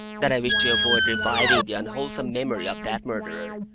that i wish to avoid reviving the unwholesome memory of that murderer,